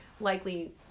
likely